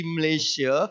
Malaysia